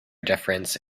difference